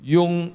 Yung